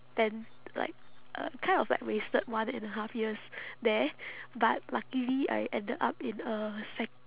them like uh kind of like wasted like one and a half years there but luckily I ended up in a sec~